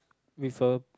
with a